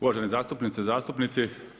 Uvaženi zastupnice i zastupnici.